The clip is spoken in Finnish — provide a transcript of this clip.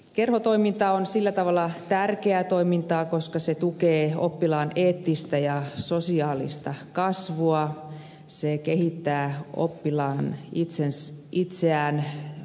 kerhotoiminta on sillä tavalla tärkeää toimintaa koska se tukee oppilaan eettistä ja sosiaalista kasvua se kehittää oppilasta itseään monipuolisesti